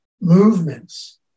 movements